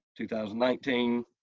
2019